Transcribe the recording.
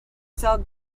cell